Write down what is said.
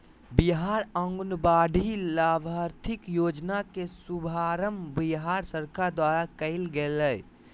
बिहार आंगनबाड़ी लाभार्थी योजना के शुभारम्भ बिहार सरकार द्वारा कइल गेलय